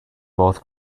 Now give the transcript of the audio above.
both